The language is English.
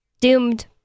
doomed